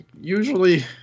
Usually